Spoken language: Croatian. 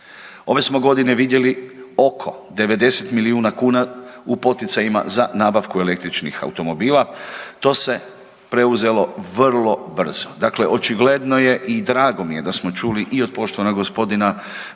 Ove smo godine vidjeli oko 90 milijuna kuna u poticajima za nabavku električnih automobila, to se preuzelo vrlo brzo. Dakle, očigledno je i drago mi je da smo čuli i od poštovanog gospodina